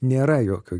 nėra jokio